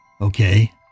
Okay